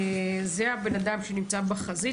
זה הבן אדם שנמצא בחזית,